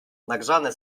nagrzane